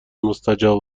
مستجاب